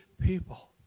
people